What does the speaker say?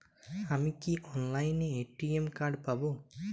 আমি কি অনলাইনে এ.টি.এম কার্ড পাব?